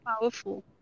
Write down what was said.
powerful